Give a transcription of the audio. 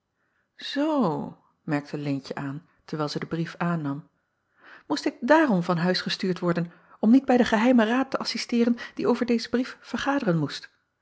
oo merkte eentje aan terwijl zij den brief aannam moest ik daarom van huis gestuurd worden om niet bij den geheimen raad te assisteeren die over dezen brief vergaderen moest